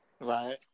Right